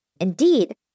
Indeed